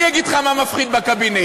אני אגיד לך מה מפחיד בקבינט.